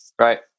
Right